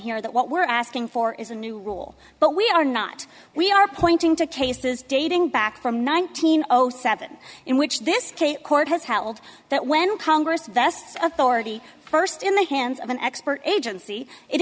here that what we're asking for is a new rule but we are not we are pointing to cases dating back from nineteen zero seven in which this court has held that when congress vests authority first in the hands of an expert agency it